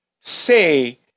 say